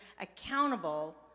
accountable